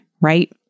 right